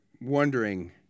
wondering